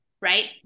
right